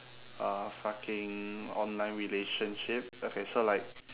a fucking online relationship okay so like